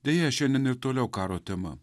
deja šiandien ir toliau karo tema